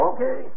Okay